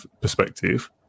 perspective